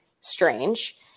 strange